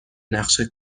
نقشه